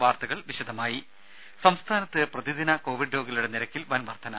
വാർത്തകൾ വിശദമായി സംസ്ഥാനത്ത് പ്രതിദിന കോവിഡ് രോഗികളുടെ നിരക്കിൽ വൻ വർധന